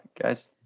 guys